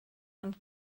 ond